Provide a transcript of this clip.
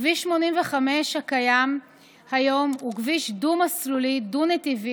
כביש 85 הקיים היום הוא כביש דו-מסלולי, דו-נתיבי,